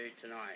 tonight